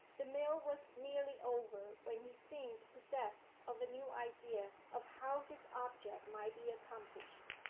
the meal was nearly over when he seemed possessed of a new idea of how his object might be accomplished.